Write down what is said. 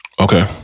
Okay